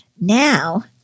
now